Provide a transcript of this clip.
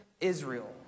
Israel